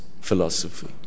philosophy